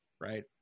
right